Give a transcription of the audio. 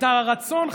את הרצון,